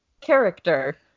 character